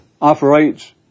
operates